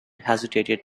hesitated